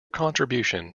contribution